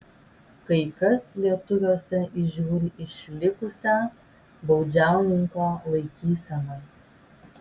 kai kas lietuviuose įžiūri išlikusią baudžiauninko laikyseną